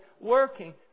working